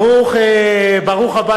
ברוך הבא